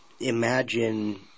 imagine